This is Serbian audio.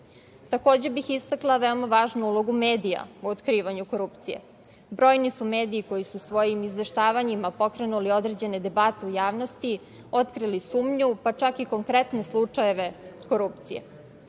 bih istakla veoma važnu ulogu medija u otkrivanju korupcije. Brojni su mediji koji su svojim izveštavanjima pokrenuli određene debate u javnosti, otkrili sumnju, pa čak i konkretne slučajeve korupcije. Mediji